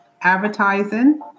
advertising